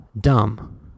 dumb